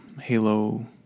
halo